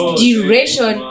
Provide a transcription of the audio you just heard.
duration